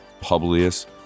Publius